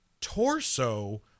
torso